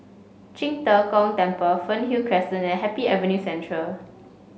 Qing De Gong Temple Fernhill Crescent and Happy Avenue Central